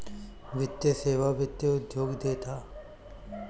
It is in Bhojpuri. वित्तीय सेवा वित्त उद्योग देत हअ